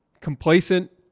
complacent